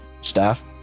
staff